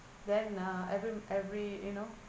then uh every every you know